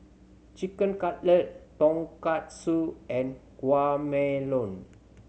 Chicken Cutlet Tonkatsu and Guacamole